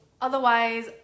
otherwise